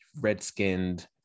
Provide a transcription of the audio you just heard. red-skinned